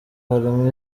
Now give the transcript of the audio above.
harimo